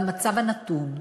במצב הנתון,